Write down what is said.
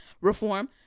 reform